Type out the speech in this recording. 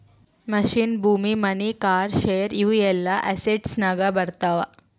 machine, ಭೂಮಿ, money, car, share ಇವು ಎಲ್ಲಾ ಅಸೆಟ್ಸನಾಗೆ ಬರ್ತಾವ